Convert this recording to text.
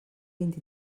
vint